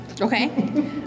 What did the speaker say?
Okay